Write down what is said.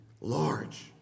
large